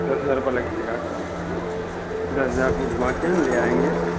दस हजार रुपया लगेगा आपका दस हजार रुपये मे घुमा के हम ले आएंगे